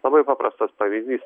labai paprastas pavyzdys